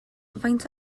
faint